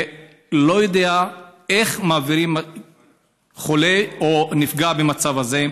אני לא יודע איך מעבירים חולה או נפגע במצב הזה.